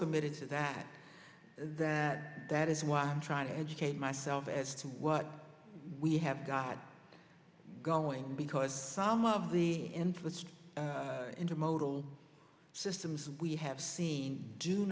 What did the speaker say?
committed to that that that is why i'm trying to educate myself as to what we have got going because some of the endless intermodal systems we have seen do